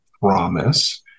promise